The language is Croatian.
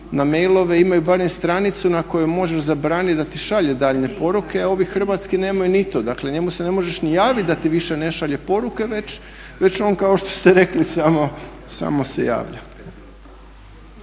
na mailove imaju barem stranicu na koju možeš zabraniti da ti šalju daljnje poruke a ovi hrvatski nemaju ni to. Dakle njemu se ne možeš ni javiti da ti više ne šalju poruke već on kao što ste rekli samo, samo se javlja.